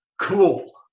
cool